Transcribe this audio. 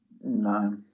No